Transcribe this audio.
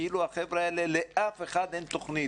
וכאילו לגבי החבר'ה האלה לאף אחד אין תוכנית.